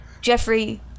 Jeffrey